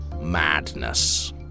Madness